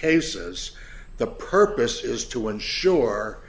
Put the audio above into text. cases the purpose is to ensure